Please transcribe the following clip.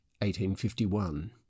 1851